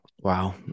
Wow